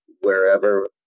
wherever